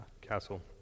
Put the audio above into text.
castle